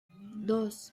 dos